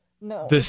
No